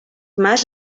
mas